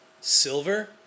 Silver